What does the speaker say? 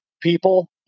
people